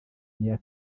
n’iya